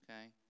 okay